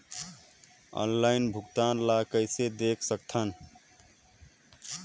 Online भुगतान ल कइसे देख सकथन?